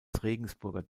regensburger